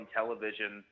television